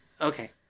Okay